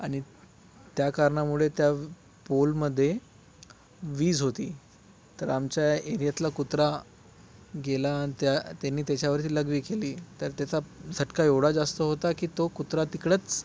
आणि त्या कारणामुळे त्या पोलमध्ये वीज होती तर आमच्या एरियातला कुत्रा गेला आणि त्या त्यानी त्याच्यावरती लघवी केली तर त्याचा झटका एवढा जास्त होता की तो कुत्रा तिकडंच